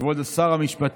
אני הפעם